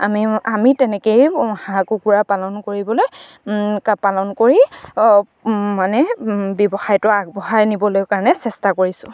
আমি আমি তেনেকেই হাঁহ কুকুৰা পালন কৰিবলৈ পালন কৰি মানে ব্যৱসায়টো আগবঢ়াই নিবলৈ কাৰণে চেষ্টা কৰিছোঁ